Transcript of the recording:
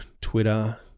Twitter